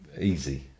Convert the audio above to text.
Easy